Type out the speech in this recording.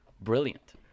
Brilliant